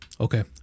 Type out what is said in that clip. Okay